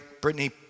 Brittany